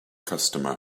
customer